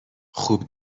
خوب